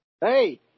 Hey